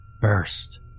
burst